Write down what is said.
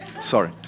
Sorry